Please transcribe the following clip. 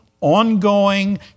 ongoing